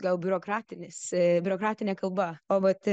gal biurokratinis biurokratinė kalba o vat